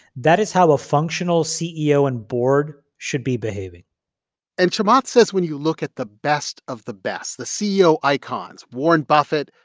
that is how a functional ceo and board should be behaving and chamath says when you look at the best of the best, the ceo icons warren buffett,